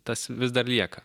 tas vis dar lieka